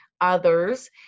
others